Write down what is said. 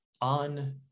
on